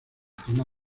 rutina